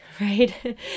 right